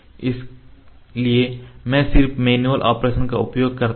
इसलिए मैं सिर्फ मैनुअल ऑपरेशन का उपयोग करता हूं